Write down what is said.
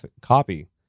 copy